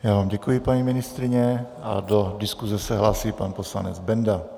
Já vám děkuji, paní ministryně, a do diskuse se hlásí pan poslanec Benda.